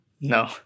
No